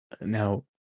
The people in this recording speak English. Now